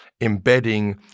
embedding